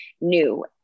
new